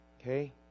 Okay